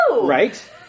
Right